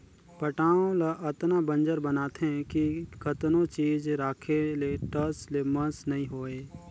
पटांव ल अतना बंजर बनाथे कि कतनो चीज राखे ले टस ले मस नइ होवय